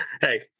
Hey